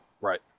Right